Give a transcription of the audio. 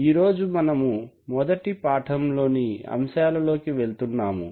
ఈరోజు మనము మొదటి పాఠం లోని అంశాలలోకి వెళ్తున్నాము